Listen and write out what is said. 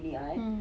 mm